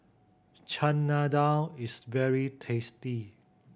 Chana Dal is very tasty